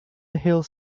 hills